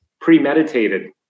premeditated